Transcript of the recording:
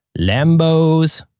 Lambos